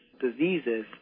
diseases